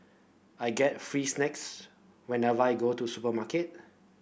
I get free snacks whenever I go to supermarket